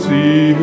see